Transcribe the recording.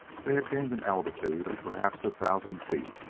they had gained an altitude of perhaps a thousand feet.